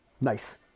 Nice